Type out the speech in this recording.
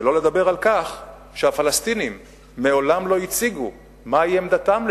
שלא לדבר על כך שהפלסטינים מעולם לא הציגו מהי עמדתם לשלום.